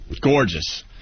gorgeous